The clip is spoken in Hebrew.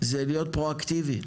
זה להיות פרו אקטיבי.